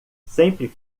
sempre